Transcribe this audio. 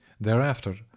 thereafter